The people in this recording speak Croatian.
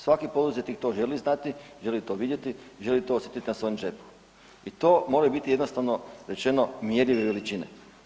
Svaki poduzetnik to želi znati, želi to vidjeti, želi to osjetiti na svojem džepu i to mora biti, jednostavno rečeno, mjerljive veličine.